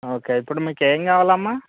okay ఇప్పుడు మీకు ఏమి కావాలమ్మ